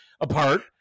apart